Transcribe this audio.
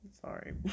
sorry